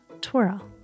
twirl